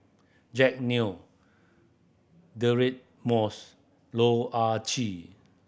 Jack Neo Deirdre Moss Loh Ah Chee